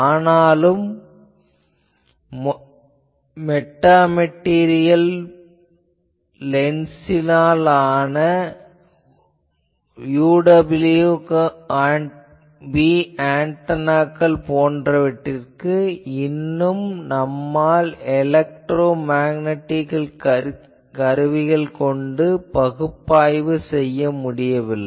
ஆனாலும் metamaterial lens லான UWB ஆன்டெனாக்கள் போன்றவற்றை இன்னும் நம்மால் எலெக்ட்ரோ மேக்னடிக் கருவிகள் கொண்டு பகுப்பாய்வு செய்ய முடியவில்லை